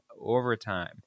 overtime